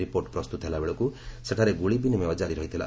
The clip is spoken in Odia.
ରିପୋର୍ଟ ପ୍ରସ୍ତୁତ ହେଲାବେଳକୁ ସେଠାରେ ଗୁଳି ବିନିମୟ ଜାରି ରହିଥିଲା